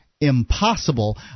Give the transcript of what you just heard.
impossible